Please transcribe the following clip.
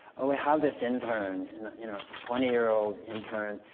oh we have this intern, a twenty year old intern,